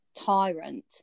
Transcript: tyrant